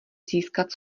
získat